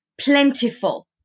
plentiful